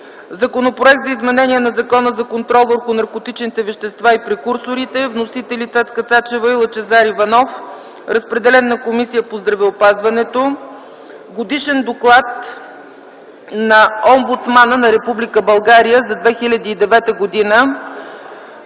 Законопроект за изменение на Закона за контрол върху наркотичните вещества и прекурсорите. Вносители са Цецка Цачева и Лъчезар Иванов. Разпределен е на Комисията по здравеопазването. Годишен доклад на омбудсмана на Република